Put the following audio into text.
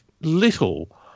little